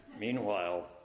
meanwhile